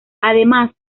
además